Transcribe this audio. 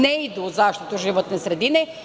Ne idu u zaštitu životne sredine.